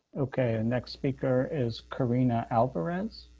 okay. our next speaker is kareena alvarez